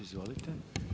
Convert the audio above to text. Izvolite.